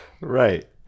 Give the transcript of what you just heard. Right